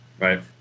Right